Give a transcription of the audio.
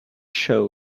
show